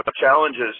challenges